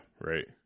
right